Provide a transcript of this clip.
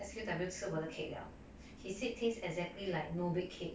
S_Q_W 吃我的 cake liao he said tastes exactly like no bake cake